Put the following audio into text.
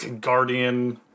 guardian